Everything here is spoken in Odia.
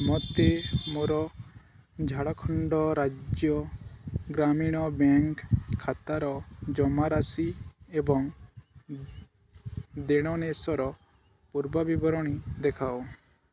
ମୋତେ ମୋର ଝାଡ଼ଖଣ୍ଡ ରାଜ୍ୟ ଗ୍ରାମୀଣ ବ୍ୟାଙ୍କ ଖାତାର ଜମାରାଶି ଏବଂ ଦେଣନେଣର ପୂର୍ବ ବିବରଣୀ ଦେଖାଅ